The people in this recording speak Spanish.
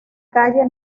calle